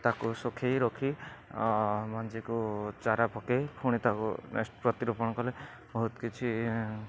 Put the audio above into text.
ତାକୁ ଶୁଖେଇ ରଖି ମଞ୍ଜିକୁ ଚାରା ପକେଇ ପୁଣି ତାକୁ ପ୍ରତିରୋପଣ କଲେ ବହୁତ କିଛି